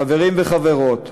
חברים וחברות,